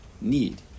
need